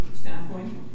Standpoint